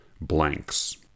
Blanks